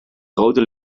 rode